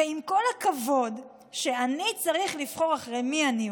ועם כל הכבוד, כשאני צריך לבחור אחרי מי אני הולך,